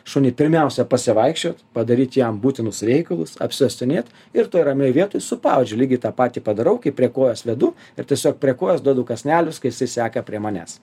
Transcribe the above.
šunį pirmiausia pasivaikščiot padaryt jam būtinus reikalus apsiuostinėt ir toj ramioj vietoj su pavadžiu lygiai tą patį padarau kai prie kojos vedu ir tiesiog prie kojos duodu kąsnelius kai jisai seka prie manęs